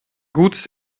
gutes